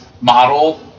model